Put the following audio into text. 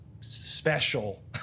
special